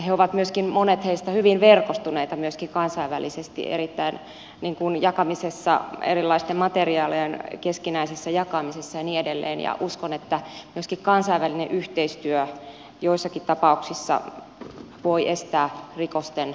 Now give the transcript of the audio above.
he ovat myöskin monet heistä erittäin hyvin verkostuneita kansainvälisesti jakamisessa erilaisten materiaalien keskinäisessä jakamisessa ja niin edelleen ja uskon että myöskin kansainvälinen yhteistyö joissakin tapauksissa voi estää rikosten leviämistä